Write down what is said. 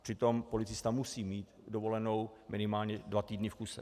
Přitom policista musí mít dovolenou minimálně dva týdny v kuse.